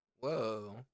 Whoa